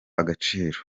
agaciro